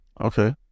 okay